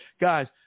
guys